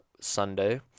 sunday